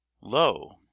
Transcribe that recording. lo